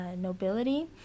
nobility